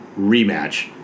rematch